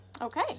Okay